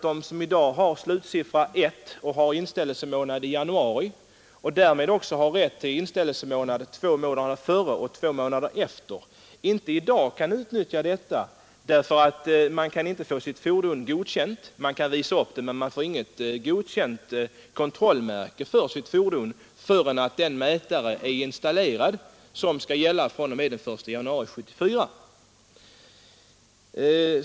De som i dag har slutsiffran 1 och har inställelsemånad i januari kan i dag inte utnyttja rätten att inställa sig två månader tidigare. De kan nämligen inte få sitt fordon godkänt — de kan visa upp det men inte få något kontrollmärke för sitt fordon förrän den mätare är installerad som skall bestämma skatten från och med den 1 januari 1974.